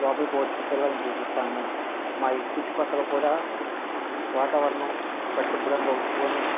లోపలకు వచ్చి పిల్లల్ని చూపిస్తాము మా ఇంటి చుట్టూ పక్కల కూడా వాతావరణం పరిశుభ్రంగా ఉంచుకోని